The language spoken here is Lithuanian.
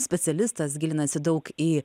specialistas gilinasi daug į